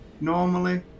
normally